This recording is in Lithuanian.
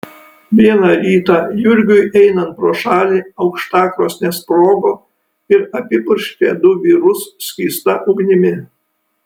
vieną rytą jurgiui einant pro šalį aukštakrosnė sprogo ir apipurškė du vyrus skysta ugnimi